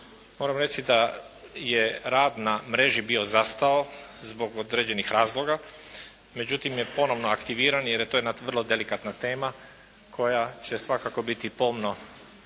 Moram reći da je rad na mreži bio zastao zbog određenih razloga. Međutim on je ponovno aktiviran jer je to jedna vrlo delikatna tema koja će svakako biti pomno